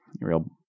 real